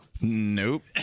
Nope